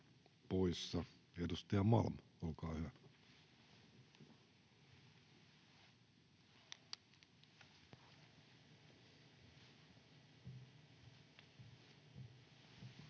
Edustaja Malm, olkaa hyvä.